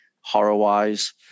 horror-wise